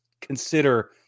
consider